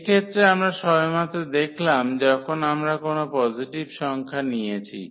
এই ক্ষেত্রে আমরা সবেমাত্র দেখলাম যখন আমরা কোনও পজিটিভ সংখ্যা নিয়েছি